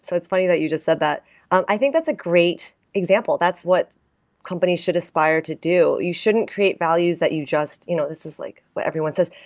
so it's funny that you just said that i think that's a great example. that's what companies should aspire to do. you shouldn't create values that you just you know this is like what everyone says,